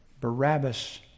Barabbas